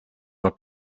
del